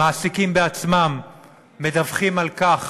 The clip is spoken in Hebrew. המעסיקים בעצמם מדווחים על כך